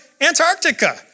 Antarctica